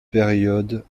période